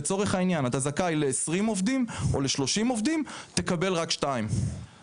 לצורך העניין אתה זכאי ל-20 עובדים או ל-30 עובדים תקבל רק שניים.